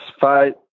fight